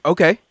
Okay